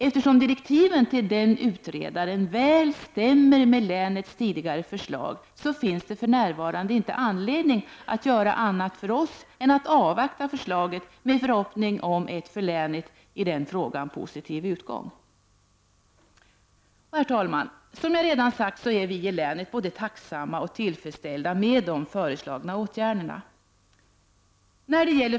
Eftersom direktiven till denna utredare väl stämmer med länets tidigare förslag, finns det för närvarande ingen anledning för oss att göra annat än att avvakta förslaget i förhoppning om att det skall bli en för länet positiv utgång i denna fråga. Herr talman! Som jag redan har sagt är vi i länet både tacksamma och tillfredsställda med de föreslagna åtgärderna.